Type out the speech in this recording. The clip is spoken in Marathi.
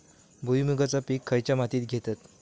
भुईमुगाचा पीक खयच्या मातीत घेतत?